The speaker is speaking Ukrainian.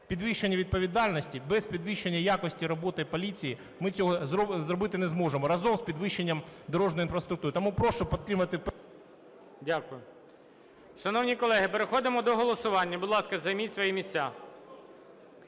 підвищення відповідальності, без підвищення якості роботи поліції ми цього зробити не зможемо. Разом з підвищенням дорожньої інфраструктури.